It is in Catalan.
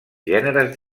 gèneres